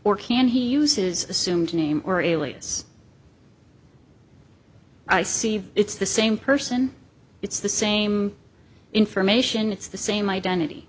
or can he use his assumed name or alias i see it's the same person it's the same information it's the same identity